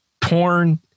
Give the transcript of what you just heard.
porn